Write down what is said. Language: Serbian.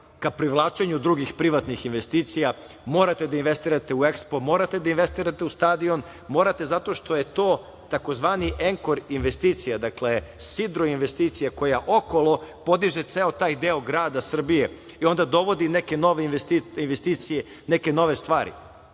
ka privlačenju drugih privatnih investicija, morate da investirate u EKSPO, morate da investirate u stadion, morate zato što je to tzv. „enkor investicija“. Dakle, sidro investicija koja okolo podiže ceo taj deo grada, Srbije i onda dovodi neke nove investicije, neke nove stvari. Cela